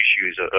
issues